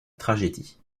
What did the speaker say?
tragédie